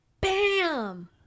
BAM